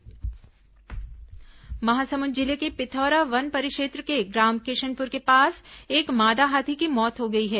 हाथी मौत महासमुंद जिले के पिथौरा वन परिक्षेत्र के ग्राम किशनपुर के पास एक मादा हाथी की मौत हो गई है